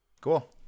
Cool